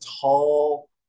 tall